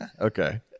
Okay